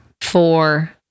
Four